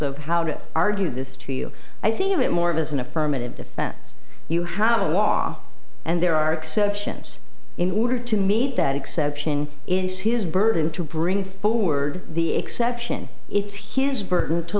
of how to argue this to you i think of it more of as an affirmative defense you how the law and there are exceptions in order to meet that exception is his burden to bring forward the exception it's his burden to